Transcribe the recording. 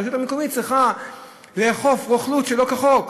הרשות המקומית צריכה לאכוף רוכלות שלא כחוק,